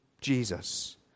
Jesus